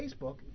Facebook